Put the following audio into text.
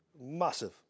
Massive